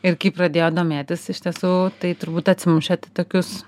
ir kai pradėjot domėtis iš tiesų tai turbūt atsimušėt į tokius